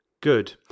Good